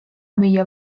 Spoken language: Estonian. müüa